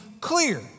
clear